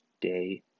day